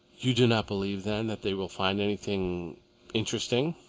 you do not believe, then, that they will find anything interesting?